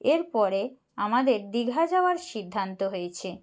এরপরে আমাদের দীঘা যাওয়ার সিদ্ধান্ত হয়েছে